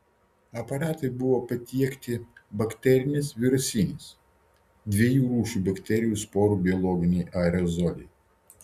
aparatui buvo patiekti bakterinis virusinis dviejų rūšių bakterijų sporų biologiniai aerozoliai